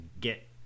get